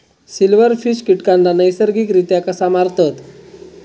Silverfish कीटकांना नैसर्गिकरित्या कसा मारतत?